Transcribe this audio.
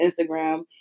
instagram